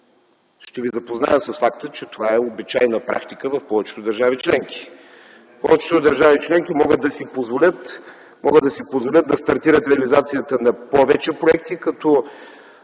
ще Ви запозная с факта, че това е обичайна практика в повечето държави членки. Повечето държави членки могат да си позволят да стартират реализацията на повече проекти, като